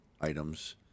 items